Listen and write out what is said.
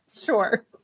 sure